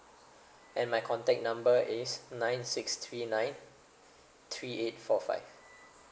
and my contact number is nine six three nine three eight four five